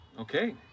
okay